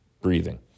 breathing